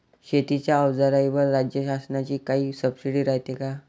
शेतीच्या अवजाराईवर राज्य शासनाची काई सबसीडी रायते का?